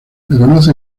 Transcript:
reconoce